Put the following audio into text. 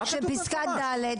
פסקה (ד),